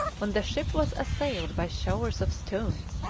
when the ship was assailed by showers of stones,